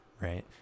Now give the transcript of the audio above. right